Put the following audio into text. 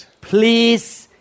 Please